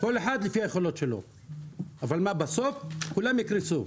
כל אחד לפי היכולות שלו, אבל בסוף כולם יקרסו.